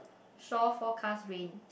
shore forecast rain